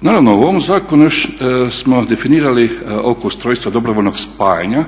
Naravno, u ovom zakonu još smo definirali oko ustrojstva dobrovoljnog spajanja